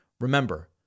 Remember